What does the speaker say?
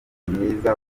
myiza